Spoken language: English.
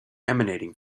emanating